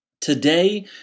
Today